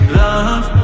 love